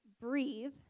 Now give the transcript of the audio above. breathe